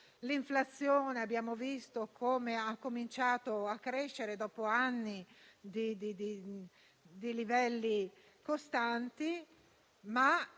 l'inflazione ha cominciato a crescere, dopo anni di livelli costanti; il